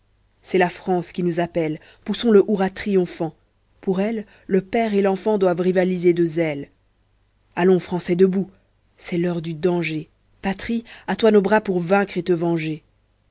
c'est la france qui nous appelle poussons le hurrah triomphant pour elle le père et l'enfant doivent rivaliser de zèle allons français debout c'est l'heure du danger patrie à toi nos bras pour vaincre et te venger